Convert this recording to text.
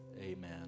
Amen